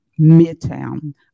Midtown